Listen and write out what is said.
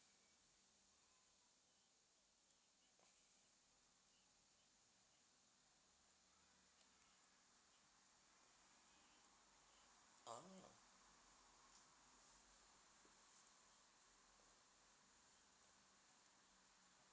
ah